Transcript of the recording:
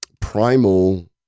primal